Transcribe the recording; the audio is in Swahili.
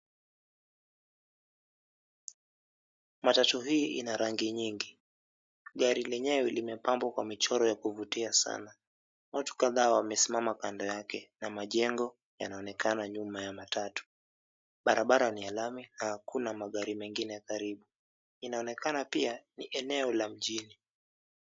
Matatu hii ina rangi nyingi. Gari lenyewe limepambwa kwa michoro ya kuvutia sana. Watu kadhaa wamesimama kando yake na majengo yanaonekana nyuma ya matatu. Barabara ni ya lami na hakuna magari mengine karibu. Inaonekana pia ni eneo la mjini.